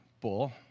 bull